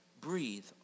breathe